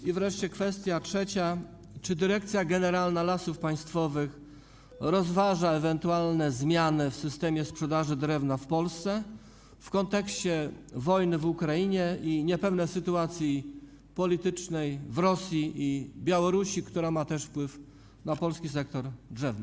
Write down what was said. I wreszcie kwestia trzecia: Czy Dyrekcja Generalna Lasów Państwowych rozważa ewentualne zmiany w systemie sprzedaży drewna w Polsce w kontekście wojny w Ukrainie i niepewnej sytuacji politycznej w Rosji i Białorusi, która ma też wpływ na polski sektor drzewny?